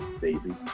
baby